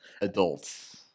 adults